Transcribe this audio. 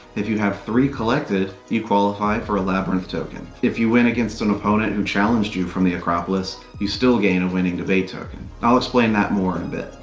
if you have three collected, you qualify for a labyrinth token. if win against an opponent who challenged you from the acropolis, you still gain a winning debate token. i'll explain that more in a bit.